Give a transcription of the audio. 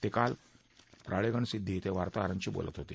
ते काल राळेगणसिद्धी िं वार्ताहरांशी बोलत होते